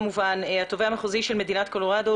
כמובן התובע המחוזי של מדינת קולורדו